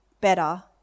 better